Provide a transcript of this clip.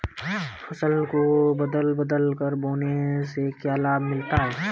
फसल को बदल बदल कर बोने से क्या लाभ मिलता है?